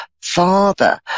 father